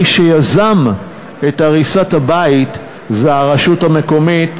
מי שיזם את הריסת הבית זה הרשות המקומית,